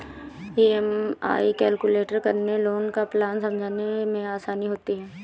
EMI calculate करके loan का plan समझने में आसानी होती है